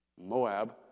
Moab